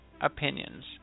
opinions